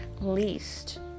least